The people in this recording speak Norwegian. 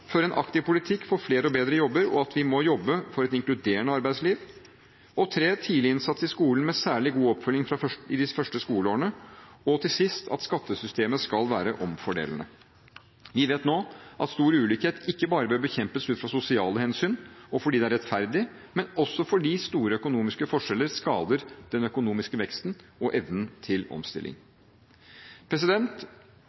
en aktiv politikk for flere og bedre jobber og jobbe for et inkluderende arbeidsliv tidlig innsats i skolen med særlig god oppfølging de første skoleårene skattesystemet må virke omfordelende Vi vet nå at stor ulikhet ikke bare bør bekjempes ut fra sosiale hensyn og fordi det er rettferdig, men også fordi store økonomiske forskjeller skader den økonomiske veksten og evnen til omstilling.